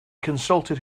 consulted